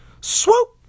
Swoop